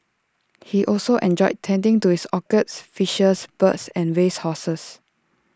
he also enjoyed tending to his orchids fishes birds and race horses